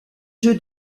jeu